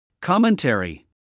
Commentary